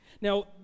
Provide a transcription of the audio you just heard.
Now